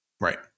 Right